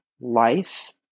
life